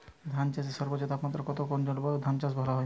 ধান চাষে সর্বোচ্চ তাপমাত্রা কত কোন জলবায়ুতে ধান চাষ ভালো হয়?